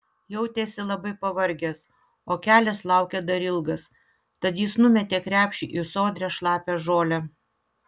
jautėsi labai pavargęs o kelias laukė dar ilgas tad jis numetė krepšį į sodrią šlapią žolę